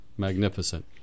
magnificent